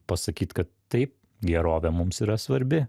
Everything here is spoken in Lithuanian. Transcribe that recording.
pasakyt kad tai gerovė mums yra svarbi